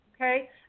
Okay